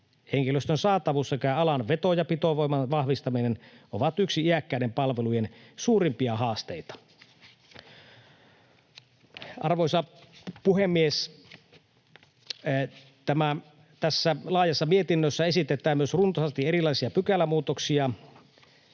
Henkilöstön saatavuus sekä alan veto- ja pitovoiman vahvistaminen on yksi iäkkäiden palvelujen suurimpia haasteita. Arvoisa puhemies! Tässä laajassa mietinnössä esitetään myös runsaasti erilaisia pykälämuutoksia,